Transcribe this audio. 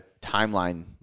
timeline